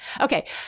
Okay